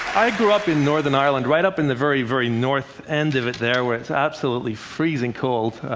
i grew up in northern ireland, right up in the very, very north end of it there, where it's absolutely freezing cold.